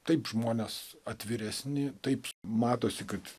taip žmonės atviresni taip matosi kad